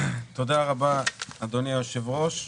תודה רבה, אדוני היושב ראש.